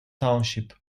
township